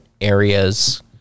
areas